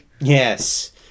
Yes